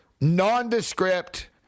nondescript